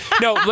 No